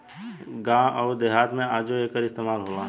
गावं अउर देहात मे आजो एकर इस्तमाल होला